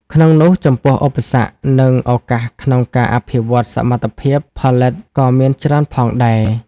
ក្នុងនោះ ចំពោះឧបសគ្គ និងឱកាសក្នុងការអភិវឌ្ឍន៍សមត្ថភាពផលិតក៏មានច្រើនផងដែរ។